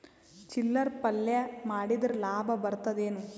ಚಿಲ್ಲರ್ ಪಲ್ಯ ಮಾರಿದ್ರ ಲಾಭ ಬರತದ ಏನು?